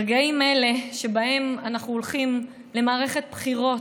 ברגעים אלה, שבהם אנחנו הולכים למערכת בחירות,